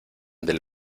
del